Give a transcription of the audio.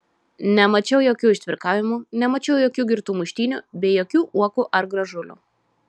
nemačiau jokių ištvirkavimų nemačiau jokių girtų muštynių bei jokių uokų ar gražulių